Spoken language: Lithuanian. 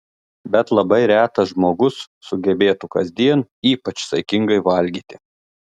bet labai retas žmogus sugebėtų kasdien ypač saikingai valgyti